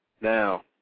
Now